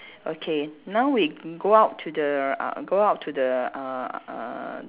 okay now we go out to the uh go out to the uh uh